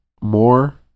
more